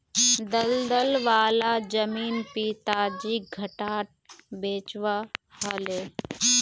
दलदल वाला जमीन पिताजीक घटाट बेचवा ह ले